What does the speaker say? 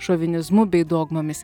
šovinizmu bei dogmomis